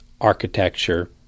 architecture